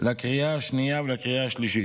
לקריאה השנייה ולקריאה השלישית.